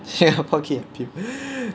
singapore key and peele